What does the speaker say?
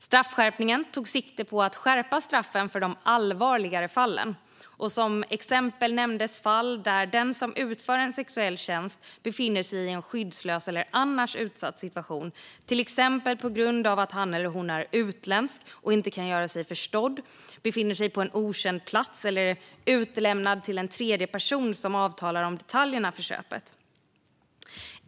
Straffskärpningen tog sikte på att skärpa straffen för de allvarligare fallen. Som exempel nämndes fall där den som utför en sexuell tjänst befinner sig i en skyddslös eller annars utsatt situation, till exempel på grund av att han eller hon är utländsk och inte kan göra sig förstådd, befinner sig på en okänd plats eller är utlämnad till en tredje person som avtalar om detaljerna för köpet.